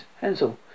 Hensel